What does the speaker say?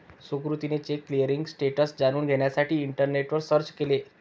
सुकृतीने cheque clearing status जाणून घेण्यासाठी इंटरनेटवर सर्च केले